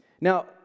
Now